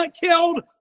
killed